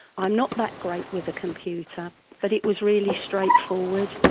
i'm not that great with a computer but it was really straightforward.